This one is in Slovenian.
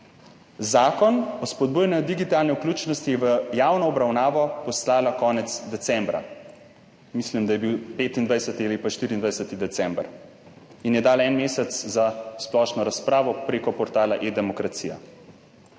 Zakon o spodbujanju digitalne vključenosti je v javno obravnavo poslala konec decembra, mislim, da je bil 25. ali pa 24. december, in je dala en mesec za splošno razpravo preko portala eDemokracija,